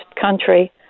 country